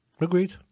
Agreed